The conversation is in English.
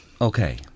Okay